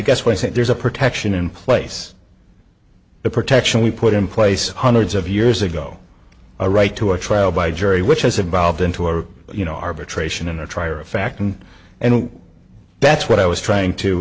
guess when i say there's a protection in place the protection we put in place hundreds of years ago a right to a trial by jury which has evolved into a you know arbitration in a trial of fact and and that's what i was trying to